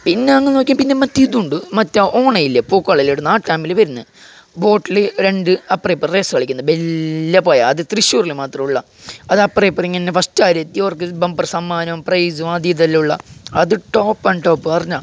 പിന്നെ അന്നും നോക്കിയാൽ പിന്നെ നമുക്ക് ഇതും ഉണ്ട് മറ്റേ ഓണം ഇല്ലേ പൂക്കളെല്ലാം ഇടുന്ന ആ ടൈമിൽ വരുന്നത് ബോട്ടില് രണ്ട് അപ്പറയും ഇപ്പറയും വരുന്ന റേസ് കളിക്കുന്നത് വലിയ പുഴ അത് തൃശ്ശൂരിൽ മാത്രം ഉള്ള അത് അപ്പുറവും ഇപ്പുറവും ഇരുന്ന് ഫസ്റ്റ് ആര് അവർക്ക് ബമ്പർ സമ്മാനം പ്രൈസും അതും ഇതെല്ലം ഉള്ള അത് ടോപ്പ് ആൻഡ് ടോപ്പ് അറിഞ്ഞാൽ